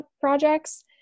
projects